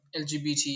LGBT